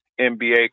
NBA